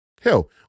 Hell